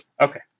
Okay